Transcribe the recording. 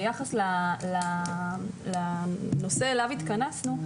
ביחס לנושא לשמו התכנסנו,